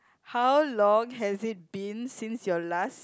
how long has it been since your last